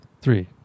Three